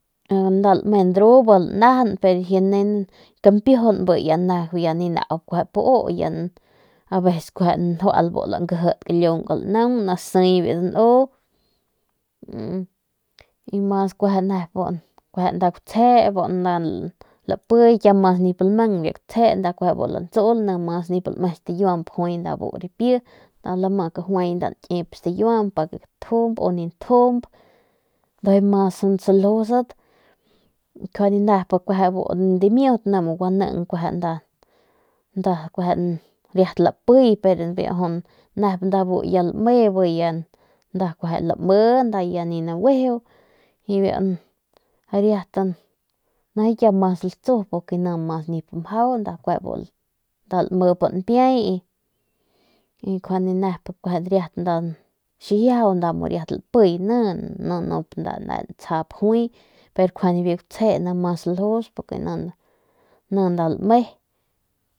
Nda lame dru be lanajan y ya kampijun bi ya nau kuejep u ganjual bu lankijidk lungk y ni lanaung ni siy y mas nep kueje biu gutsje bu lapiy kiau mas nip lamang biu gutsje lantsul ni mas nip lame stakiuamp juay bu rapi nda lama kajuay pa ke gakip stikiuamp pa ke gatjump u ni ntjump ndujuy mas saljusat nup nkjuande nep bu dimiut ni muu kueje nda riat lapiy pero bu nda lame bi ya kueje nda ya lami y ya ni naguiju y biu riat nijiy mas latsu ni mas nip mjau nda lamip npiay y riat xijiaju ni riat lapiy ni nup nep ntsjap juy pero biu gutsje ni mas saljus ni nda lame.